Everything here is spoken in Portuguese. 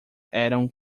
eram